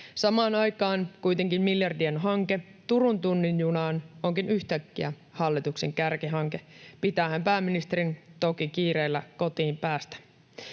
Samaan aikaan kuitenkin miljardien hanke Turun tunnin junaan onkin yhtäkkiä hallituksen kärkihanke, pitäähän pääministerin toki kiireellä kotiin päästä.